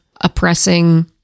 oppressing